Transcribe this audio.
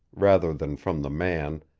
rather than from the man,